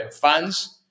funds